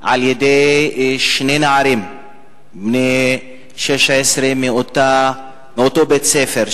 על-ידי שני נערים בני 16 מאותו בית-ספר,